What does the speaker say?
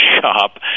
shop